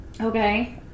Okay